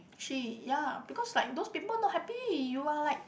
she ya because like those people not happy you are like